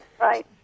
Right